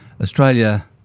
Australia